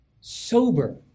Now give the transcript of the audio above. Sober